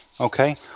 Okay